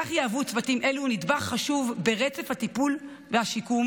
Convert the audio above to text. כך יהוו צוותים אלו נדבך חשוב ברצף הטיפול והשיקום,